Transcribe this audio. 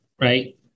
right